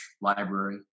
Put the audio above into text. library